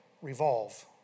Revolve